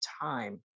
time